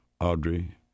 Audrey